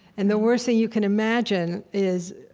and the worst thing you can imagine is,